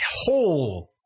whole –